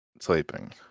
sleeping